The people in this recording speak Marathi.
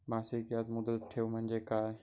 मासिक याज मुदत ठेव म्हणजे काय?